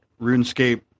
RuneScape